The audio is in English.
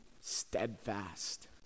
steadfast